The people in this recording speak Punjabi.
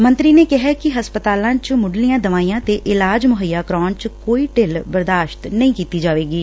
ਮੰਤਰੀ ਨੇ ਕਿਹੈ ਕਿ ਹਸਪਤਾਲਾਂ ਚ ਮੁੱਢਲੀਆਂ ਦਵਾਈਆ ਤੇ ਇਲਾਜ ਮੁੱਹਈਆ ਕਰਾਉਣ ਚ ਕੋਈ ਢਿੱਲ ਬਰਦਾਸਤ ਨਹੀ ਕੀਡੀ ਜਾਏਗੀ